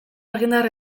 argindar